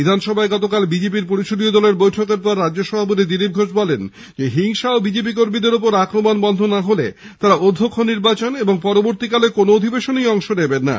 বিধানসভায় গতকাল বিজেপি র পরিষদীয় দলের বৈঠকের পর রাজ্য সভাপতি দিলীপ ঘোষ জানিয়েছেন হিংসা ও বিজেপি কর্মীদের ওপর আক্রমণ বন্ধ না হলে তারা অধ্যক্ষ নির্বাচন এবং পরবর্তীকালে কোন অধিবেশনেই অংশ নেবে না